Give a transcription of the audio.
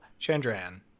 Chandran